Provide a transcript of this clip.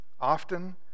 often